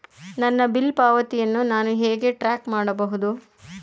ನನ್ನ ಬಿಲ್ ಪಾವತಿಯನ್ನು ನಾನು ಹೇಗೆ ಟ್ರ್ಯಾಕ್ ಮಾಡಬಹುದು?